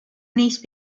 niece